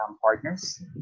partners